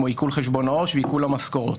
כמו עיקול חשבון העו"ש ועיקול המשכורות.